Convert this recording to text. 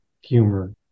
humor